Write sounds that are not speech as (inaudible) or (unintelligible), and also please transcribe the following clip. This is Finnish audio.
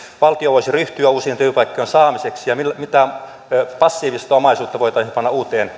valtio voisi ryhtyä uusien työpaikkojen saamiseksi ja mitä passiivista omaisuutta voitaisiin panna uuteen (unintelligible)